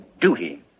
duty